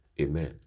amen